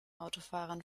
autofahrern